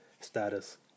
status